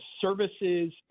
services